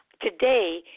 today